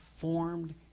formed